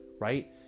right